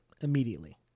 immediately